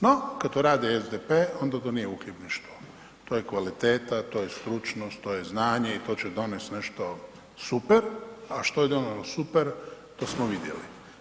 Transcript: No, kad to radi SDP onda to nije uhljebništvo, to je kvaliteta, to je stručnost, to je znanje i to će donest nešto super, a što je donijelo super to smo vidjeli.